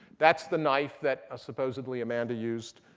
that's the knife that supposedly amanda used.